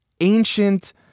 ancient